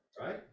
right